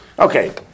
Okay